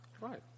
right